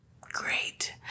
great